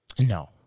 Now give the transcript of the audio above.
No